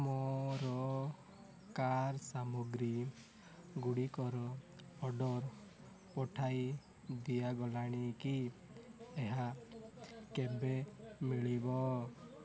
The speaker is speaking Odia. ମୋର କାର୍ ସାମଗ୍ରୀ ଗୁଡ଼ିକର ଅର୍ଡ଼ର୍ ପଠାଇ ଦିଆଗଲାଣି କି ଏହା କେବେ ମିଳିବ